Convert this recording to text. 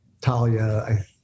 Talia